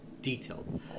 detailed